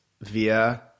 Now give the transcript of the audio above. via